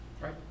right